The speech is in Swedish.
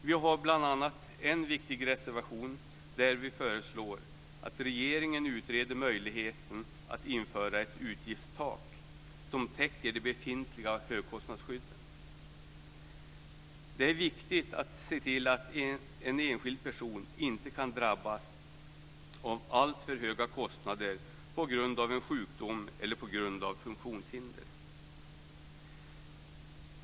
Vi har bl.a. en viktig reservation där vi föreslår att regeringen utreder möjligheten att införa ett utgiftstak som täcker de befintliga högkostnadsskydden. Det är viktigt att se till att en enskild person inte kan drabbas av alltför höga kostnader på grund av en sjukdom eller ett funktionshinder.